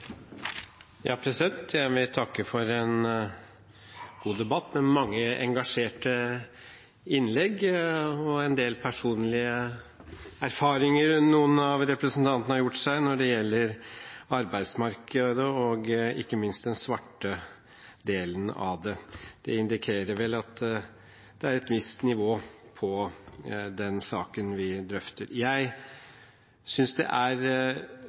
Jeg vil takke for en god debatt, med mange engasjerte innlegg og en del personlige erfaringer noen av representantene har gjort seg, når det gjelder arbeidsmarkedet og ikke minst den svarte delen av det. Det indikerer vel at det er et visst nivå på den saken vi drøfter. Jeg synes det er